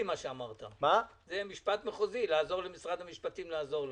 מה שאמרת: לעזור למשרד המשפטים לעזור לנו.